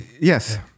yes